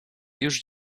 już